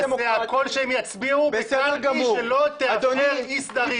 אנחנו נעשה הכול שהם יצביעו בקלפי שלא תאפשדר אי סדרים.